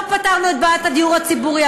לא פתרנו את בעיית הדיור הציבורי,